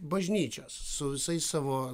bažnyčios su visais savo